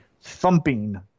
thumping